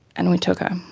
and we took her.